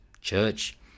church